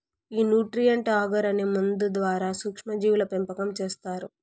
ఈ nutrient agar అనే మందు ద్వారా సూక్ష్మ జీవుల పెంపకం చేస్తారు